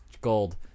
gold